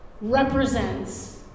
represents